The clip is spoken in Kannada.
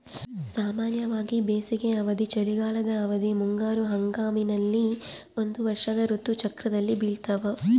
ಸಾಮಾನ್ಯವಾಗಿ ಬೇಸಿಗೆ ಅವಧಿ, ಚಳಿಗಾಲದ ಅವಧಿ, ಮುಂಗಾರು ಹಂಗಾಮಿನಲ್ಲಿ ಒಂದು ವರ್ಷದ ಋತು ಚಕ್ರದಲ್ಲಿ ಬೆಳ್ತಾವ